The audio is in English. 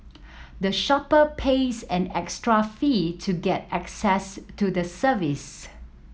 the shopper pays an extra fee to get access to the service